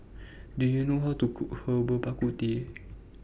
Do YOU know How to Cook Herbal Bak Ku Teh